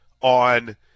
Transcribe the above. on